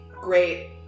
Great